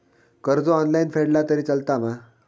कर्ज ऑनलाइन फेडला तरी चलता मा?